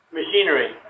machinery